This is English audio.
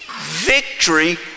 victory